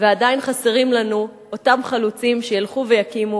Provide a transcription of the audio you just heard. ועדיין חסרים לנו אותם חלוצים שילכו ויקימו